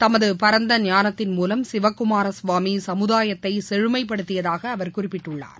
தமது பரந்த ஞானத்தின் மூலம் சிவக்குமார சுவாமி சமுதாயத்தை செழுமைப்படுத்தியதாக அவர் குறிப்பிட்டுள்ளார்